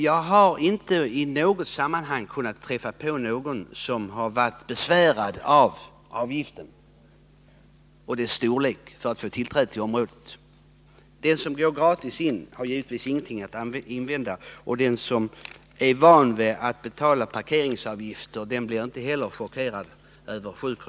Jag har inte i något sammanhang träffat på någon som varit besvärad av avgiften för att få tillträde till området. Den som går in gratis har givetvis inget att invända, och den som är van vid att betala parkeringsavgift blir inte chockerad över att behöva betala 7 kr.